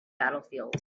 battlefield